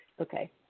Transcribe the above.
Okay